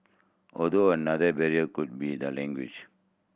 although another barrier could be the language